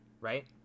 Right